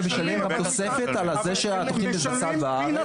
ומשלמים תוספת על זה שהתוכנית מתבצעת בארץ.